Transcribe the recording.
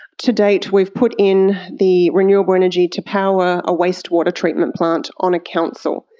to date we've put in the renewable energy to power a wastewater treatment plant on a council.